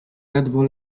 ledwo